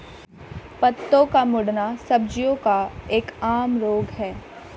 पत्तों का मुड़ना सब्जियों का एक आम रोग है